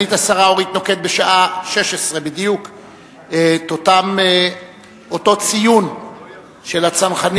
סגנית השר אורית נוקד בשעה 16:00 בדיוק את אותו ציון של הירצחם